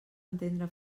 entendre